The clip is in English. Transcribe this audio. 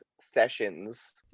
sessions